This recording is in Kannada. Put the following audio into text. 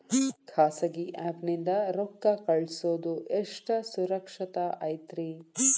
ಖಾಸಗಿ ಆ್ಯಪ್ ನಿಂದ ರೊಕ್ಕ ಕಳ್ಸೋದು ಎಷ್ಟ ಸುರಕ್ಷತಾ ಐತ್ರಿ?